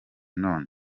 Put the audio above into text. none